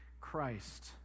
Christ